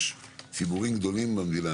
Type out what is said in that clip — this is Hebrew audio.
יש ציבורים גדולים במדינה,